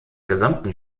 gesamten